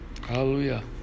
Hallelujah